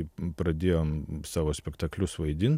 mes kai pradėjom savo spektaklius vaidint